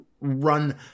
run